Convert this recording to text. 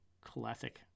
classic